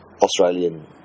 australian